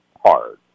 hard